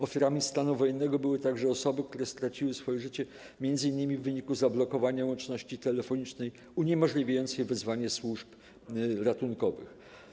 Ofiarami stanu wojennego były także osoby, które straciły swoje życie m.in. w wyniku zablokowania łączności telefonicznej uniemożliwiającej wezwanie służb ratunkowych.